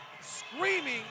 screaming